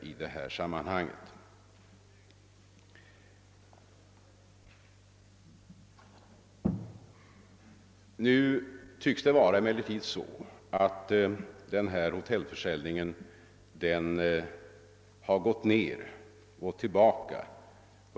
Hotellförsäljningen tycks under senare tid ha gått tillbaka.